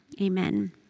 Amen